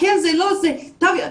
תו ירוק,